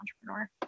entrepreneur